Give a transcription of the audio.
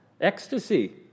ecstasy